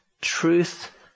Truth